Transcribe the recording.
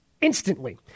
instantly